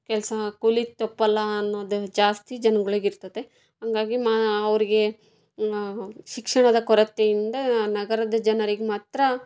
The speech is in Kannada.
ಕೆಲಸ ಕೂಲಿ ತಪ್ಪಲ್ಲ ಅನ್ನೋದೇ ಜಾಸ್ತಿ ಜನಗಳಿಗೆ ಇರ್ತದೆ ಹಾಗಾಗಿ ನಾನು ಅವರಿಗೆ ಶಿಕ್ಷಣದ ಕೊರತೆಯಿಂದ ನಗರದ ಜನರಿಗೆ ಮಾತ್ರ